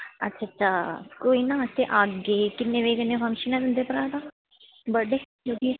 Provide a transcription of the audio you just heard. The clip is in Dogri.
अच्छा कोई ना ते आह्गे किन्ने बजे फंक्शन ऐ तुंदे भ्रा दा